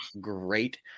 great